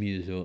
ꯃꯤꯗꯨꯁꯨ